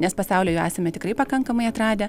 nes pasaulio jau esame tikrai pakankamai atradę